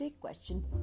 question